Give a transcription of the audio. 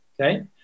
okay